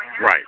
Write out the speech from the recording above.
Right